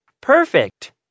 Perfect